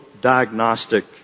diagnostic